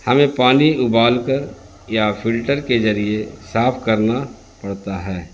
ہمیں پانی ابال کر یا فلٹر کے ذریعے صاف کرنا پڑتا ہے